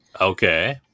Okay